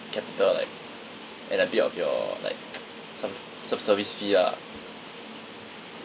capital like and a bit of your like some some service fee ah